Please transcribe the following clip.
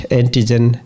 antigen